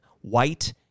White